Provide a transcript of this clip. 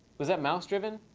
was that mouse driven?